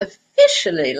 officially